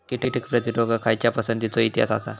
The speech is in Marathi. कीटक प्रतिरोधक खयच्या पसंतीचो इतिहास आसा?